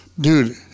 dude